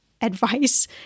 advice